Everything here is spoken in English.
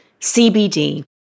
CBD